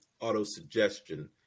auto-suggestion